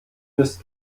müsst